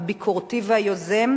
הביקורתי והיוזם,